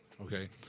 okay